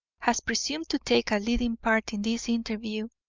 has presumed to take a leading part in this interview,